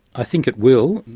i think it will.